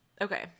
Okay